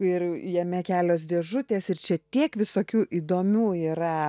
ir jame kelios dėžutės ir čia tiek visokių įdomių yra